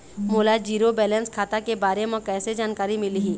मोला zero balance खाता के बारे म कैसे जानकारी मिलही?